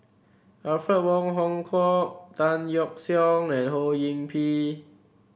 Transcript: Alfred Wong Hong Kwok Tan Yeok Seong and Ho Yee Ping